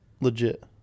legit